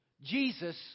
Jesus